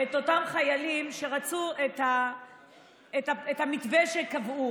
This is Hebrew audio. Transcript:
את אותם חיילים שרצו את המתווה שקבעו,